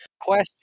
Question